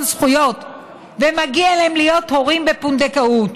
זכויות ומגיע להם להיות הורים בפונדקאות.